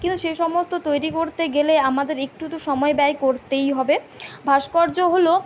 কিন্তু সেসমস্ত তৈরি করতে গেলে আমাদের একটু তো সময় ব্যয় করতেই হবে ভাস্কর্য হলো